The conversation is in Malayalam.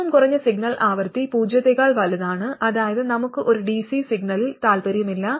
ഏറ്റവും കുറഞ്ഞ സിഗ്നൽ ആവൃത്തി പൂജ്യത്തേക്കാൾ വലുതാണ് അതായത് നമുക്ക് ഒരു dc സിഗ്നലിൽ താൽപ്പര്യമില്ല